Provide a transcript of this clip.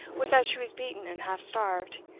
was that she was beaten and half starved,